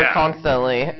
constantly